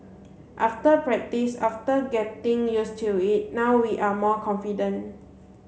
after practice after getting used to it now we are more confident